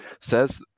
says